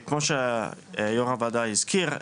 כמו שיו"ר הוועדה הזכיר,